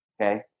Okay